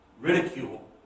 ridicule